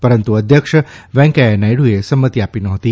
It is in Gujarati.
પરંતુ અધ્યક્ષ વેંકૈયા નાયડુએ સંમતિ આપી નહોતી